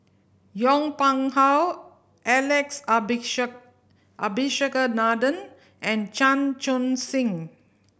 Yong Pung How Alex Abisheganaden and Chan Chun Sing